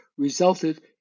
resulted